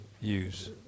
use